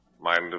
Mind